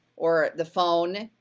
or the phone,